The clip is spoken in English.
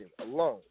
alone